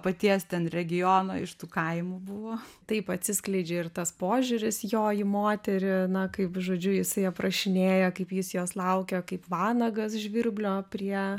paties ten regiono iš tų kaimų buvo taip atsiskleidžia ir tas požiūris jo į moterį na kaip žodžiu jisai aprašinėja kaip jis jos laukia kaip vanagas žvirblio prie